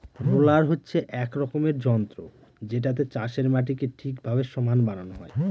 roller হচ্ছে এক রকমের যন্ত্র যেটাতে চাষের মাটিকে ঠিকভাবে সমান বানানো হয়